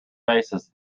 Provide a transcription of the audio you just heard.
faces